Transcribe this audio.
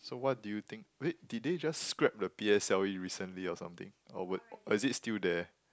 so what do you think wait did they just scrape the p_s_l_e recently or something or was or is it still there